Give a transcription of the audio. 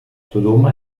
dodoma